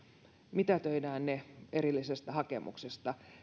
mitätöidään ne erillisestä hakemuksesta